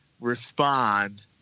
respond